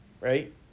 right